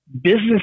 business